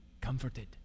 comforted